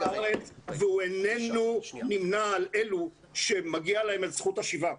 בארץ והוא איננו נמנה על אלו שמגיע להם את זכות השיבה.